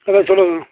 hello சொல்லுங்கள்